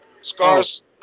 Scar's